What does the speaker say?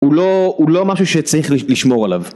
הוא לא הוא לא משהו שצריך לשמור עליו